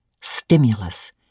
Stimulus